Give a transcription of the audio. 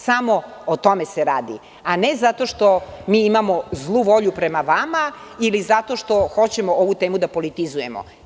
Samo o tome se radi, a ne zato što mi imamo zlu volju prema vama ili zato što hoćemo ovu temu da politizujemo.